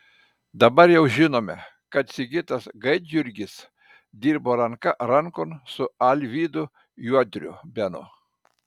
dabar jau žinome kad sigitas gaidjurgis dirbo ranka rankon su alvydu juodriu benu